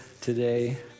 today